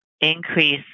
increase